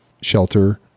shelter